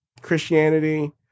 Christianity